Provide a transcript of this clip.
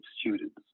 students